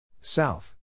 South